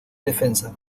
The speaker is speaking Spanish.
defensa